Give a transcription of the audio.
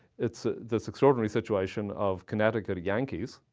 it's this extraordinary situation of connecticut yankees